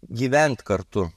gyvent kartu